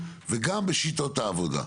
וגם בשיטות העבודה,